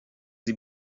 sie